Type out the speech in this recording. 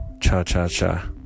cha-cha-cha